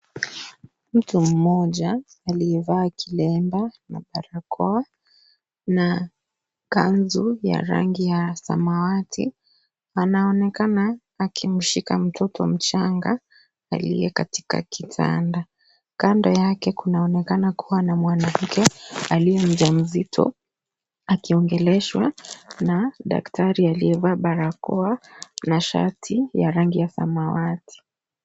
Mtu mmoja aliyevaa kilemba na barakoa na kanzu ya rangi ya samawati. Anaonekana akimshika mtoto mchanga aliye katika kitanda. Kando yake kunaonekana kuwa na mwanamke aliyemjazito. Akiongeleshwa na daktari aliyevaa barakoa na shati ya rangi ya samawati.